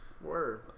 Word